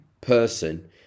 person